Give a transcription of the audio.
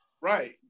Right